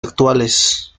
actuales